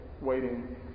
waiting